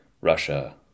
Russia